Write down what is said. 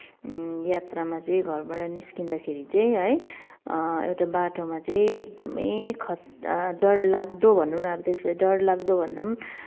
यात्रामा चाहिँ घरबाट निस्किँदाखेरि चाहिँ है एउटा बाटोमा चाहिँ एकदमै खत्रा डरलाग्दो भनौँ न अब त्यसलाई डरलाग्दो भन्दा पनि